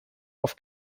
auf